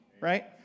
right